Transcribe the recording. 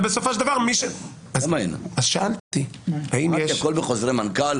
אמרתי, הכול בחוזרי מנכ"ל.